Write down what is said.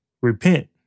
repent